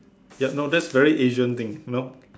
yup no that's very Asian thing you know